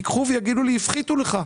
ייקחו ויגידו לי הפחיתו לך.